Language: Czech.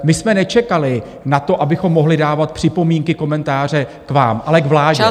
My jsme nečekali na to, abychom mohli dávat připomínky, komentáře k vám, ale k vládě.